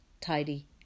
tidy